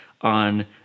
on